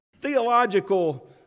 theological